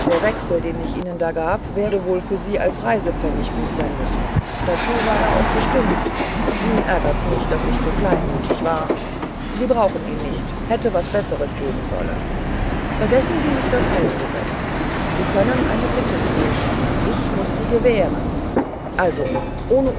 der wechsel den ich ihnen da gab werde wohl für sie als reisepfennig gut sein müssen dazu war er auch bestimmt nun ärgert's mich daß ich so kleinmütig war sie brauchen ihn nicht hätte was besseres geben sollen vergessen sie nicht das hausgesetz sie können eine bitte tun ich muß sie gewähren also ohne